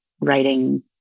writing